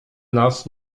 nas